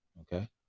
okay